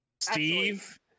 Steve